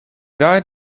died